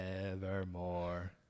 evermore